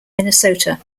minnesota